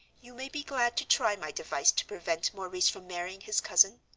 you may be glad to try my device to prevent maurice from marrying his cousin.